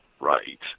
right